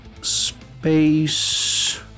Space